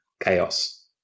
chaos